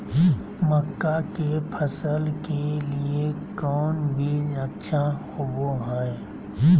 मक्का के फसल के लिए कौन बीज अच्छा होबो हाय?